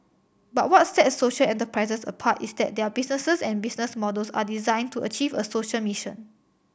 but what sets social enterprises apart is that their businesses and business models are designed to achieve a social mission